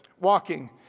walking